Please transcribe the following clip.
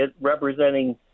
representing